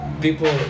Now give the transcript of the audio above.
people